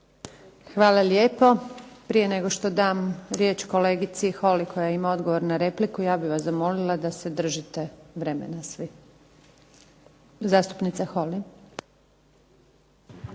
Hvala lijepo. Prije nego što dam riječ kolegici Holy koja ima odgovor na repliku, ja bih vas zamolila da se držite vremena svi. Zastupnica Holy.